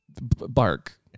bark